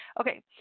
Okay